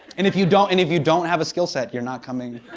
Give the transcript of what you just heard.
and if you don't and if you don't have a skillset you're not coming.